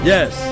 Yes